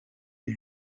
est